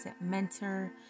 mentor